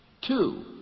Two